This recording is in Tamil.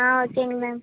ஆ ஓகேங்க மேம்